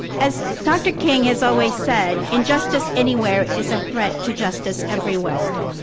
as dr. king has always said, injustice anywhere is a threat to justice everywhere.